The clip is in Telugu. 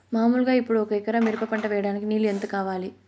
మామూలుగా ఇప్పుడు ఒక ఎకరా మిరప పంట వేయడానికి నీళ్లు ఎంత కావాలి?